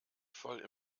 voll